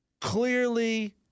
Clearly